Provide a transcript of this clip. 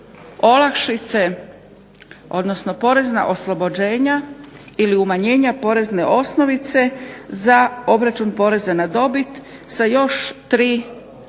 olakšice odnosno porezna oslobođenja ili umanjenja porezne osnovice za obračun poreza na dobit sa još tri